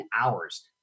hours